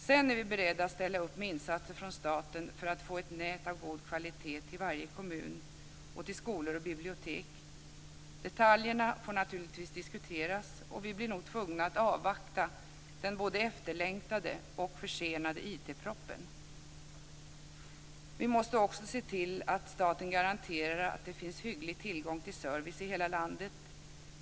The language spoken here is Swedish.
Sedan är vi beredda att ställa upp med insatser från staten för att få ett nät av god kvalitet till varje kommun och till skolor och bibliotek. Detaljerna får naturligtvis diskuteras, och vi blir nog tvungna att avvakta den både efterlängtade och försenade IT Vi måste också se till att staten garanterar att det finns hygglig tillgång till service i hela landet.